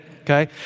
Okay